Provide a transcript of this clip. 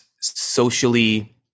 socially